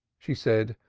she said,